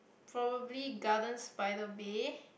probably Gardens-by-the-Bay